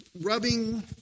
rubbing